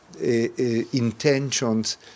intentions